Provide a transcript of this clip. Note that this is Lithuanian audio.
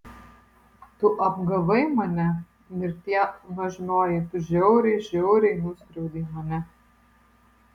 tu apgavai mane mirtie nuožmioji tu žiauriai žiauriai nuskriaudei mane